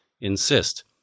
insist